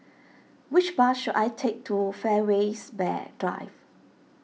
which bus should I take to Fairways Drive